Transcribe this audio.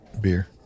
beer